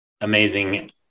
amazing